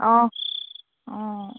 অঁ অঁ